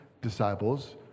disciples